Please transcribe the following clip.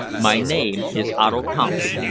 my name is otto kampf.